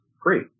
great